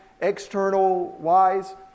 external-wise